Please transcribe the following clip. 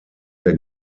der